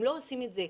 הם לא עושים את זה,